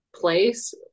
place